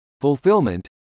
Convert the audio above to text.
fulfillment